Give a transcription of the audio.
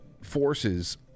forces